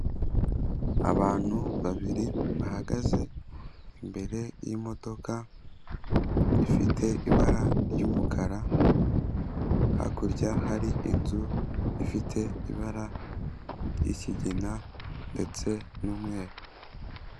Abantu babiri bahagaze imbere y'imodoka ifite ibara ry'umukara, hakurya hari inzu ifite ibara ry'ikigina ndetse n'umweru.